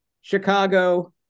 Chicago